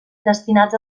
destinats